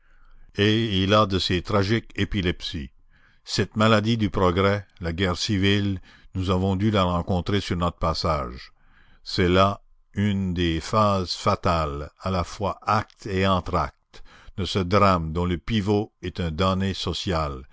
et il a de ces tragiques épilepsies cette maladie du progrès la guerre civile nous avons dû la rencontrer sur notre passage c'est là une des phases fatales à la fois acte et entr'acte de ce drame dont le pivot est un damné social